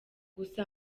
gusa